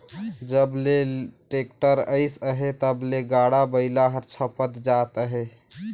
जब ले टेक्टर अइस अहे तब ले गाड़ा बइला हर छपत जात अहे